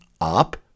up